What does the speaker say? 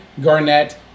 Garnett